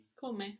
Come